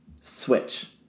switch